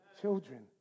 children